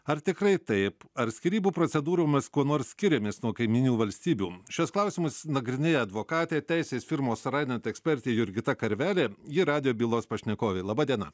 ar tikrai taip ar skyrybų procedūromis kuo nors skiriamės nuo kaimynių valstybių šiuos klausimus nagrinėja advokatė teisės firmos rainent ekspertė jurgita karvelė ji radijo bylos pašnekovė laba diena